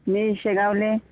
मी शेगावले